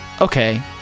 okay